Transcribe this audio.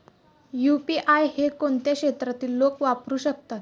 UPI हे कोणत्या क्षेत्रातील लोक वापरू शकतात?